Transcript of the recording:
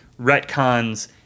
retcons